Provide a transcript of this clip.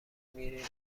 میرین